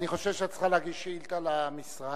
אני חושב שאת צריכה להגיש שאילתא למשרד,